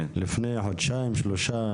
לפני חודשיים-שלושה,